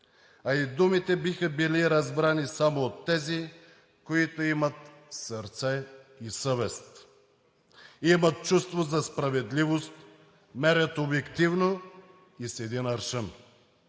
А и думите биха били разбрани само от тези, които имат сърце и съвест, имат чувство за справедливост, мерят обективно и с един аршин